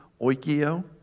Oikio